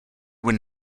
when